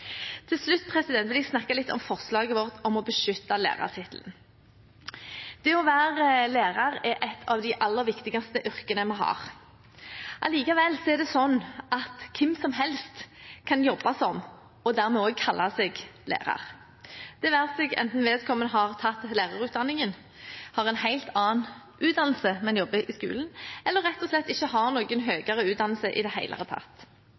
Til slutt vil jeg snakke litt om forslaget vårt om å beskytte lærertittelen. Det å være lærer er et av de aller viktigste yrkene vi har. Allikevel er det sånn at hvem som helst kan jobbe som og dermed også kalle seg lærer – det være seg enten vedkommende har tatt lærerutdanning, har en helt annen utdannelse, men jobber i skolen, eller rett og slett ikke har noen høyere utdannelse i det hele tatt.